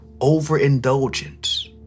overindulgence